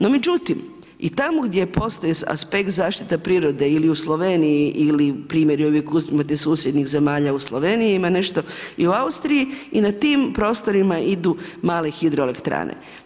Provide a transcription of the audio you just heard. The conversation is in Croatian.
No, međutim, i tamo gdje postoji aspekt zaštite prirode ili u Sloveniji ili primjer, uvijek uzimate susjednih zemalja u Sloveniji ima nešto i u Austriji i na tim prostorima idu male hidroelektrane.